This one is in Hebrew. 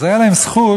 אז הייתה להם זכות,